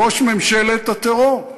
ראש ממשלת הטרור.